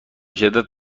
شدت